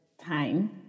time